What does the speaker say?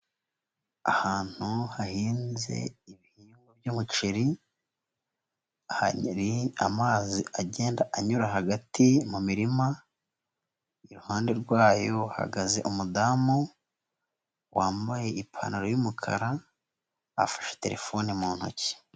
Ahantu hahinze ibihingwa by'umuceri, hari amazi agenda anyura hagati mu mirima, iruhande rwayo hahagaze umudamu, wambaye ipantaro y'umukara afashe telefone mu ntoki.